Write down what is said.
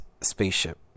spaceship